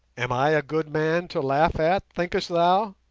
am i a good man to laugh at, thinkest thou?